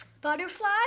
butterfly